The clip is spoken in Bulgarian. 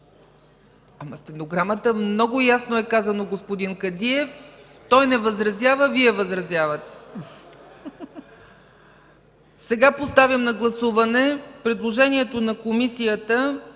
В стенограмата много ясно е казано, господин Кадиев. Той не възразява, Вие възразявате. Сега поставям на гласуване предложението на Комисията